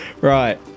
Right